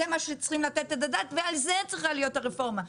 זה הדבר שעליו צריכה להיות הרפורמה.